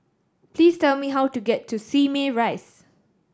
please tell me how to get to Simei Rise